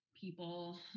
people